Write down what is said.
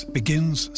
begins